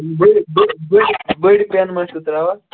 بٔڈۍ بٔڈۍ بٔڈۍ بٔڈۍ پٮ۪ن ما چھِو ترٛاوان